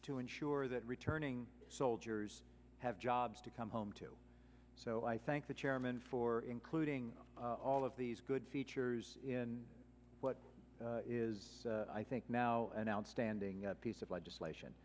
to ensure that returning soldiers have jobs to come home to so i thank the chairman for including all of these good features in what is i think now an outstanding piece of legislation